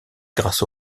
grâce